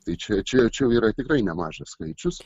tai čia čia čia jau yra tikrai nemažas skaičius